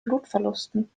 blutverlusten